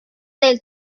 del